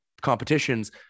competitions